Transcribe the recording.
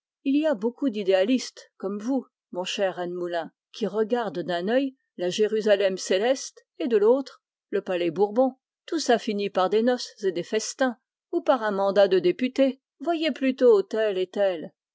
il y a beaucoup d'idéalistes comme vous mon cher rennemoulin qui regardent d'un œil la jérusalem céleste et de l'autre le palais bourbon tout ça finit par des mariages ou par des mandats de député voyez plutôt